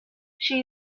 she